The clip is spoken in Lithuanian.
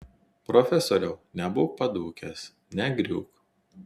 profesoriau nebūk padūkęs negriūk